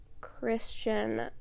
Christian